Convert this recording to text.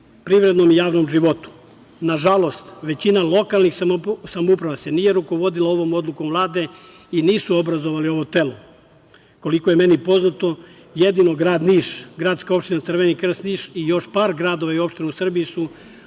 privrednom i javnom životu. Nažalost, većina lokalnih samouprava se nije rukovodila ovom odlukom Vlade, i nisu obrazovali ovo telo. Koliko je meni poznato, jedino grad Niš, gradska opština Crveni krst Niš i još par gradova i opština u Srbiji su